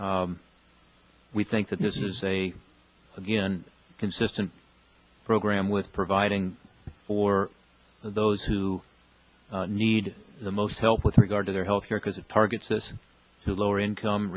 we think that this is a consistent program with providing for those who need the most help with regard to their health care because it targets this to lower income